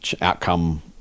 outcome